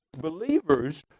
believers